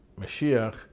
Mashiach